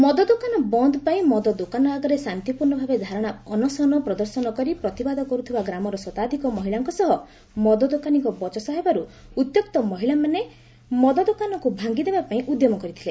ମଦଦୋକାନ ବନ୍ଦ ପାଇଁ ମଦ ଦୋକାନ ଆଗରେ ଶାନ୍ତିପୂର୍ଶ୍ରି ଭାବେ ଧାରଶା ଅନଶନ ପ୍ରଦର୍ଶନ କରି ପ୍ରତିବାଦ କରୁଥିବା ଗ୍ରାମର ଶତାଧିକ ମହିଳାଙ୍କ ସହ ମଦଦୋକାନୀଙ୍ ବଚସା ହବାରୁ ଉ ଦୋକାନକୁ ଭାଙ୍ଗିଦେବା ପାଇଁ ଉଦ୍ୟମ କରିଥିଲେ